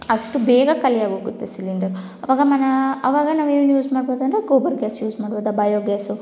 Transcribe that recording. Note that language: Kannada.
ಅಷ್ಟು ಬೇಗ ಖಾಲಿಯಾಗೋಗುತ್ತೆ ಸಿಲಿಂಡರ್ ಆವಾಗ ಮನೆಯ ಆವಾಗ ನಾವೇನು ಯೂಸ್ ಮಾಡಬೋದಂದ್ರೆ ಗೋಬರ್ ಗ್ಯಾಸ್ ಯೂಸ್ ಮಾಡಬೋದು ಬಯೋ ಗ್ಯಾಸ್